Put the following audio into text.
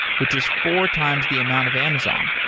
which is four times the amount of amazon.